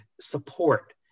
support